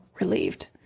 relieved